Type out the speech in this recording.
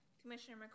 Commissioner